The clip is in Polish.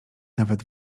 nawet